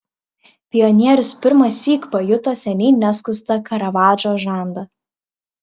pionierius pirmąsyk pajuto seniai neskustą karavadžo žandą